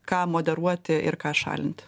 ką moderuoti ir ką šalint